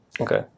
okay